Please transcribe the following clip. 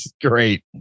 Great